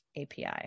API